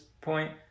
point